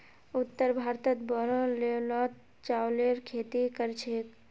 उत्तर भारतत बोरो लेवलत चावलेर खेती कर छेक